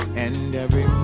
and every